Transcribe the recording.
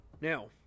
Now